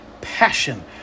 passion